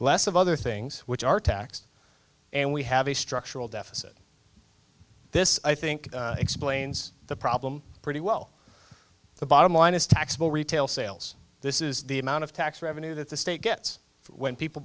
less of other things which are taxed and we have a structural deficit this i think explains the problem pretty well the bottom line is taxable retail sales this is the amount of tax revenue that the state gets when people